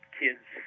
kids